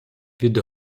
від